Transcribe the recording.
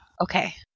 Okay